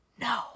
No